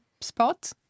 spot